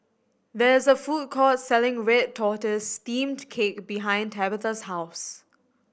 there is a food court selling red tortoise steamed cake behind Tabetha's house